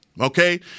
okay